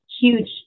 huge